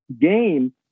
game